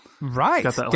Right